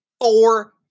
four